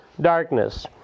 darkness